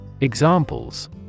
examples